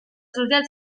sozial